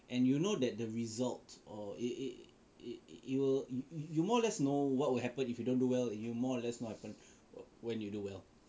and you know that the results or uh it it it you will you more or less know what will happen if you don't do well you more or less know what happen when you do well